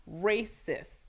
Racist